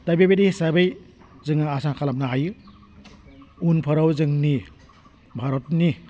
दा बेबायदि हिसाबै जोङो आसा खालामनो हायो उनफोराव जोंनि भारतनि